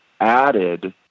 added